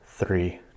three